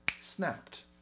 snapped